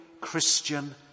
Christian